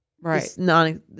Right